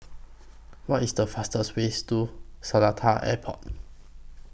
What IS The fastest Way to Seletar Airport